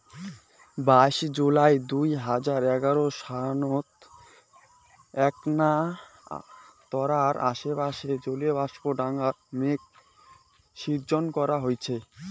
বাইশ জুলাই দুই হাজার এগারো সনত এ্যাকনা তারার আশেপাশে জলীয়বাষ্পর ডাঙর মেঘ শিজ্জন করা হইচে